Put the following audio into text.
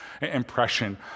impression